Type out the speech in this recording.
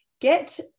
get